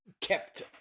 kept